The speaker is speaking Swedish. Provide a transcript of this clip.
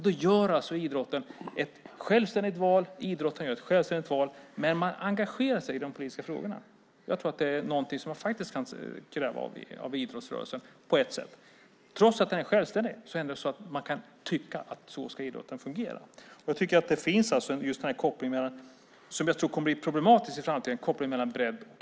Då gör idrotten ett självständigt val, men man engagerar sig i de politiska frågorna. Jag tror att det är någonting som man faktiskt kan kräva av idrottsrörelsen. Trots att den är självständig kan man ändå tycka att idrotten ska fungera så. Jag tycker att det finns en koppling mellan breddidrott och elitidrott, som jag tror kommer att bli problematisk i framtiden.